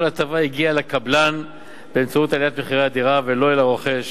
ההטבה הגיעה אל הקבלן באמצעות עליית מחיר הדירה ולא אל הרוכש.